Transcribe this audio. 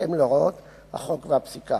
בהתאם להוראות החוק והפסיקה.